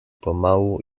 pomału